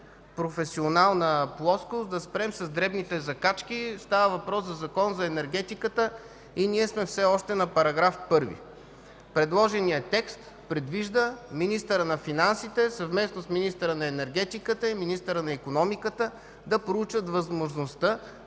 професионална плоскост, да спрем с дребните закачки. Става въпрос за Закон за енергетиката и ние сме все още на § 1. Предложеният текст предвижда министърът на финансите, съвместно с министъра на енергетиката и министъра на икономиката да проучат възможността